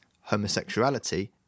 homosexuality